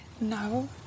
no